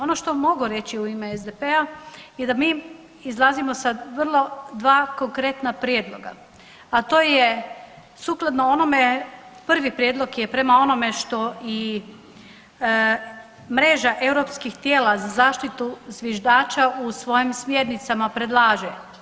Ono što mogu reći u ime SDP-a je da mi izlazimo sa vrlo dva konkretna prijedloga, a to je sukladno onome prvi prijedlog je prema onome što i mreža europskih tijela za zaštitu zviždača u svojim smjernicama predlaže.